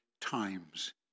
times